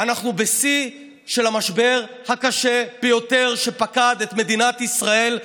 אנחנו בשיא של המשבר הקשה ביותר שפקד את מדינת ישראל,